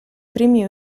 primi